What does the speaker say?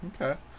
Okay